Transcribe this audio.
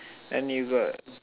then you got